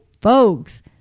folks